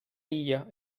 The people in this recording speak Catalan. illa